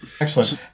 Excellent